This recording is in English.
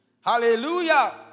Hallelujah